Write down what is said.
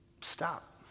Stop